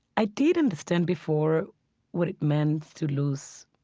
i did understand before what it meant to lose